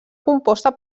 composta